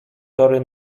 tory